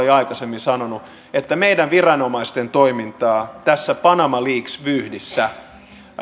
jo aikaisemmin sanonut että meidän viranomaisten toimintaa tässä panama leaks vyyhdissä